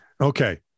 Okay